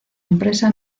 empresa